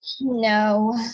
no